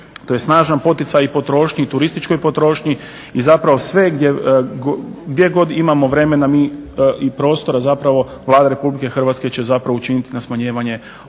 To je snažan poticaj i potrošnji i turističkoj potrošnji. I zapravo sve gdje god imamo vremena i prostora zapravo Vlada Republike Hrvatske će zapravo učiniti na smanjivanju ovog